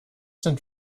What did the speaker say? sind